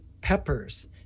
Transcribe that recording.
peppers